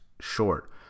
short